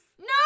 No